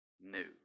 new